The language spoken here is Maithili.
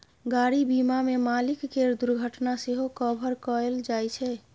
गाड़ी बीमा मे मालिक केर दुर्घटना सेहो कभर कएल जाइ छै